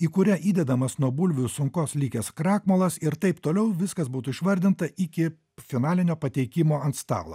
į kurią įdedamas nuo bulvių sunkos likęs krakmolas ir taip toliau viskas būtų išvardinta iki finalinio pateikimo ant stalo